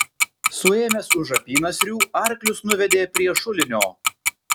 suėmęs už apynasrių arklius nuvedė prie šulinio